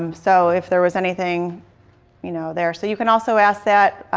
um so if there was anything you know there. so you can also ask that